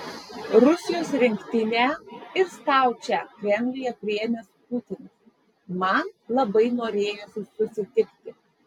rusijos rinktinę ir staučę kremliuje priėmęs putinas man labai norėjosi susitikti